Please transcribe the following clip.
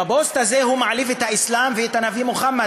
בפוסט הזה הוא מעליב את האסלאם ואת הנביא מוחמד,